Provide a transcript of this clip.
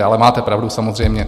Ale máte pravdu, samozřejmě.